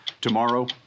Tomorrow